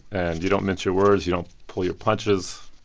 and you don't mince your words. you don't pull your punches.